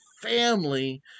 family